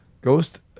Ghost